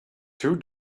two